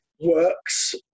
works